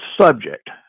subject